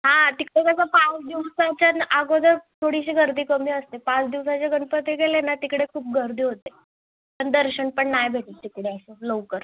हां तिकडे कसं पाच दिवसाच्या ना अगोदर थोडीशी गर्दी कमी असते पाच दिवसाच्या गणपती गेले ना तिकडे खूप गर्दी होते आणि दर्शन पण नाही भेटत तिकडे असं लवकर